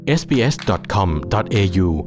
sbs.com.au